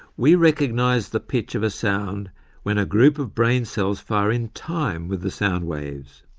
we recognise the pitch of a sound when a group of brain cells fire in time with the soundwaves.